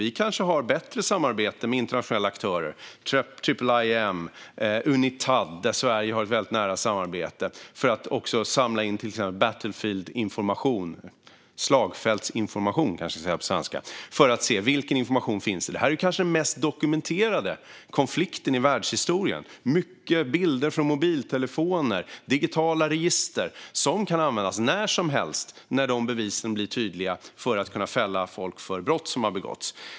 Vi kanske har bättre samarbete med internationella aktörer, till exempel IIIM och Unitad, som Sverige har ett väldigt nära samarbete med för att samla in till exempel slagfältsinformation och för att se vilken information som finns. Det här är kanske den mest dokumenterade konflikten i världshistorien. Det finns många bilder från mobiltelefoner och digitala register som kan användas när som helst när de bevisen blir tydliga för att fälla folk för brott som har begåtts.